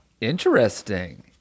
interesting